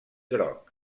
groc